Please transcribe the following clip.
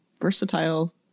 versatile